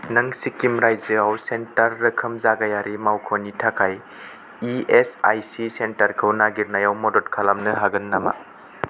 नों सिक्किम रायजोआव सेन्टार रोखोम जागायारि मावख'नि थाखाय इएसआइसि सेन्टारखौ नागिरनायाव मदद खालामनो हागोन नामा